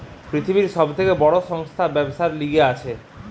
পৃথিবীর সব থেকে বড় সংস্থা ব্যবসার লিগে আছে